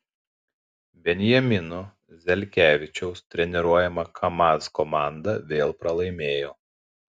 benjamino zelkevičiaus treniruojama kamaz komanda vėl pralaimėjo